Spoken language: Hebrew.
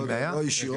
דרך הוועדה, לא ישירות.